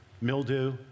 mildew